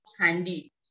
handy